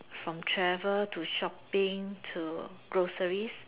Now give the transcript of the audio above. from travel to shopping to groceries